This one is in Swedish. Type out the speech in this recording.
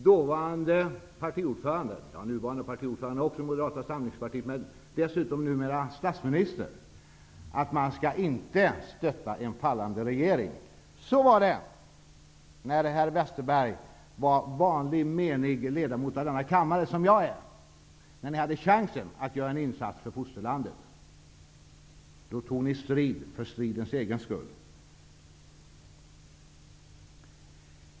Då skrev partiordföranden i Moderata samlingspartiet, numera även statsminister, att man inte skall stötta en fallande regering. Så var det när herr Westerberg var vanlig menig ledamot av denna kammare, som jag är nu. Då hade ni chansen att göra en insats för fosterlandet, men ni tog strid för stridens egen skull.